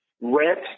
rent